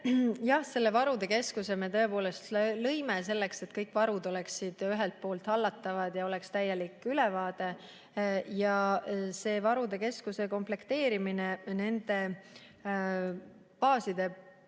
selle varude keskuse me tõepoolest lõime, selleks et kõik varud oleksid hallatavad ja oleks täielik ülevaade. Selle keskuse komplekteerimine nende baaside või